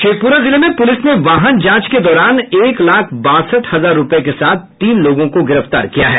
शेखप्ररा जिले में प्रलिस ने वाहन जांच के दौरान एक लाख बासठ हजार रूपये के साथ तीन लोगों को गिरफ्तार किया है